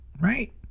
right